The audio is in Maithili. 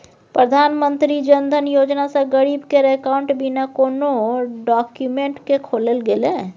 प्रधानमंत्री जनधन योजना सँ गरीब केर अकाउंट बिना कोनो डाक्यूमेंट केँ खोलल गेलै